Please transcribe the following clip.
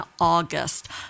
August